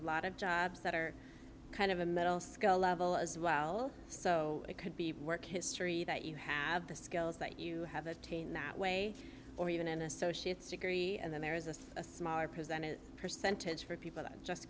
lot of jobs that are kind of a middle skill level as well so it could be work history that you have the skills that you have attained that way or even an associate's degree and then there is this a smaller percentage percentage for people that just